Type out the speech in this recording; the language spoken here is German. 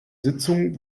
sitzung